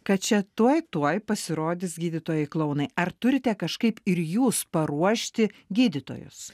kad čia tuoj tuoj pasirodys gydytojai klounai ar turite kažkaip ir jūs paruošti gydytojus